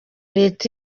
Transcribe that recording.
leta